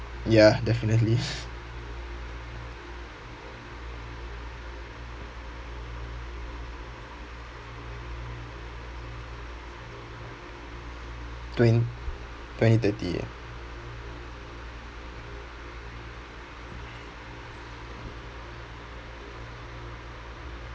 ya definitely twen~ twenty thirty